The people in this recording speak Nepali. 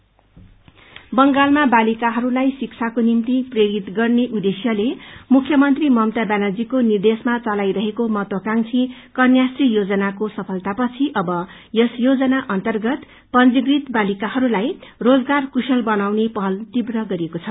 कन्याश्री बंगालमा वालिकाहरूलाई शिखाको निग्ति प्रेरित गर्ने उद्देश्यले मुख्यमन्त्री ममता ब्यानर्जीको निर्देशमा चलाइरहेको महत्वकांक्षी कन्यात्री योजनाको सफलतापछि अब यस योजना अन्तर्गत पंजीकृत युवतीहरूलाई रोजगार कुशल बनाउने पहल तीव्र गरिएको छ